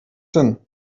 hin